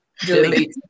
delete